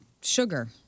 sugar